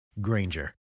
Granger